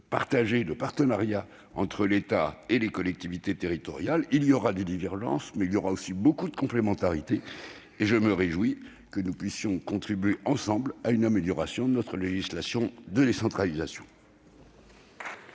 partagée de partenariat entre l'État et les collectivités territoriales. Il y aura des divergences, mais aussi beaucoup de complémentarité, et je me réjouis que nous puissions contribuer ensemble à améliorer la décentralisation